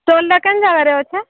ଘରେ ଅଛ